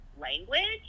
language